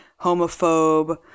homophobe